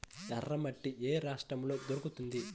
ఎర్రమట్టి ఏ రాష్ట్రంలో దొరుకుతుంది?